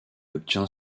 obtient